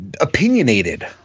opinionated